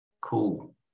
Cool